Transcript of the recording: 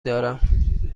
دارم